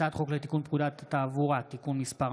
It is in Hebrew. הצעת חוק לתיקון פקודת התעבורה )תיקון מס'